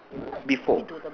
before